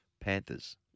Panthers